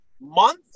Month